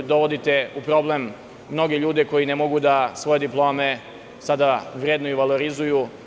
Dovodite u problem mnoge ljude koji ne mogu da svoje diplome sada vrednuju, valorizuju.